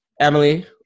Emily